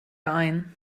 ein